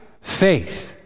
faith